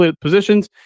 positions